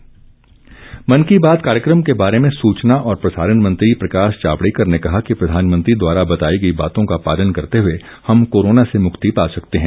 मन की बात प्रतिक्रिया मन की बात कार्यक्रम के बारे में सूचना और प्रसारण मंत्री प्रकाश जावड़ेकर ने कहा कि प्रधानमंत्री द्वारा बताई गई बातों का पालन करते हुए हम कोरोना से मुक्ति पा सकते हैं